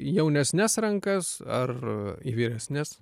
į jaunesnes rankas ar į vyresnes